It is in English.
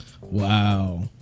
Wow